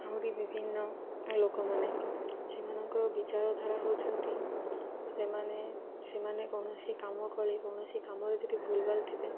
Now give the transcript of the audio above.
ଆହୁରି ବିଭିନ୍ନ ଲୋକମାନେ ସେମାନଙ୍କର ବିଚାରଧାରା ହେଉଛନ୍ତି ସେମାନେ ସେମାନେ କୌଣସି କାମ କରି କୌଣସି କାମରେ ଯଦି ଭୁଲ୍ ଭାଲ୍ ଥିବେ